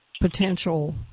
potential